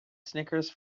snickers